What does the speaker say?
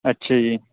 ਅੱਛਾ ਜੀ